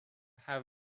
have